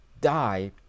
die